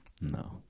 No